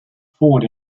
ford